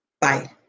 Bye